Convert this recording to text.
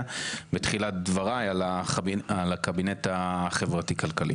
בתחילת דבריי על הקבינט החברתי-כלכלי,